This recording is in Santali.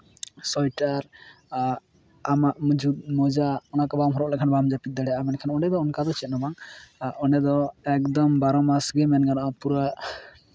ᱥᱳᱭᱮᱴᱟᱨ ᱟᱢᱟᱜ ᱢᱩᱡᱩᱜ ᱢᱚᱡᱟ ᱚᱱᱟᱠᱚ ᱵᱟᱢ ᱦᱚᱨᱚᱜ ᱞᱮᱠᱷᱟᱱ ᱵᱟᱢ ᱡᱟᱹᱯᱤᱫ ᱫᱟᱲᱮᱭᱟᱜᱼᱟ ᱢᱮᱱᱠᱷᱟᱱ ᱚᱸᱰᱮ ᱫᱚ ᱚᱱᱠᱟᱫᱚ ᱪᱮᱫ ᱦᱚᱸ ᱵᱟᱝ ᱚᱸᱰᱮ ᱫᱚ ᱮᱠᱫᱚᱢ ᱵᱟᱨᱚ ᱢᱟᱥ ᱜᱮ ᱢᱮᱱ ᱜᱟᱱᱚᱜᱼᱟ ᱯᱩᱨᱟᱹ